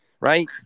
right